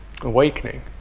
awakening